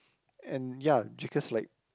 and ya because like